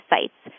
Sites